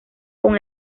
con